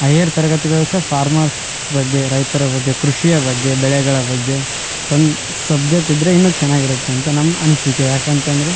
higher ತರಗತಿಗಳಲ್ಲು ಸಹ farmers ಬಗ್ಗೆ ರೈತರ ಬಗ್ಗೆ ಕೃಷಿಯ ಬಗ್ಗೆ ಬೆಳೆಗಳ ಬಗ್ಗೆ ಒಂದು ಸಬ್ಜೆಕ್ಟ್ ಇದ್ರೆ ಇನ್ನು ಚೆನ್ನಾಗಿರುತ್ತೆ ಅಂತ ನಮ್ಮ ಅನಿಸಿಕೆ ಯಾಕಂತಂದ್ರೆ